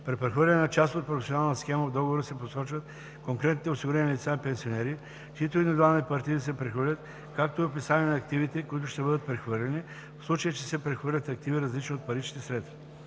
При прехвърляне на част от професионална схема в договора се посочват конкретните осигурени лица и пенсионери, чиито индивидуални партиди се прехвърлят, както и описание на активите, които ще бъдат прехвърлени, в случай че се прехвърлят активи, различни от парични средства.